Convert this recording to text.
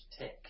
tick